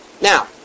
Now